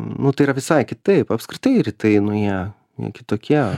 nu tai yra visai kitaip apskritai rytai nu jie kitokie